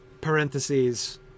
Parentheses